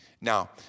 Now